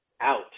out